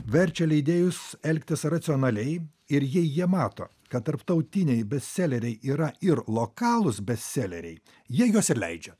verčia leidėjus elgtis racionaliai ir jei jie mato kad tarptautiniai bestseleriai yra ir lokalūs bestseleriai jie juos ir leidžia